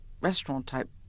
restaurant-type